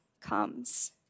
comes